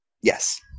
Yes